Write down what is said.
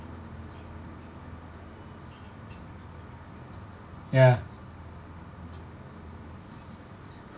ya